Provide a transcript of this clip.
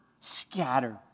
Scatter